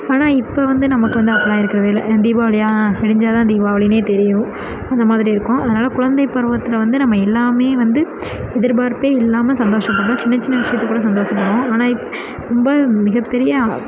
ஆனால் இப்போ வந்து நமக்கு வந்து அப்படிலாம் இருக்கிறதே இல்லை ஆ தீபாவளியா ஆ விடிஞ்சால் தான் தீபாவளினே தெரியும் அந்த மாதிரி இருக்கோம் அதனால் குழந்தை பருவத்தில் வந்து நம்ம எல்லாமே வந்து எதிர்பார்ப்பே இல்லாமல் சந்தோஷப்படுவோம் சின்ன சின்ன விஷயத்துக்கூட சந்தோஷப்படுவோம் ஆனால் ரொம்ப மிகப்பெரிய